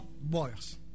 boys